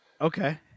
Okay